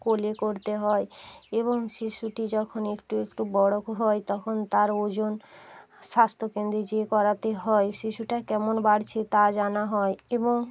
কোলে করতে হয় এবং শিশুটি যখন একটু একটু বড়ো হয় তখন তার ওজন স্বাস্থ্য কেন্দ্রে যেয়ে করাতে হয় শিশুটা কেমন বাড়ছে তা জানা হয় এবং